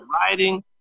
writing